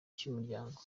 cy’umuryango